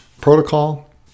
protocol